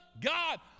God